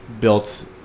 built